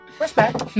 Respect